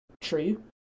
true